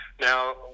now